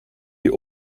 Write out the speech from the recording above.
die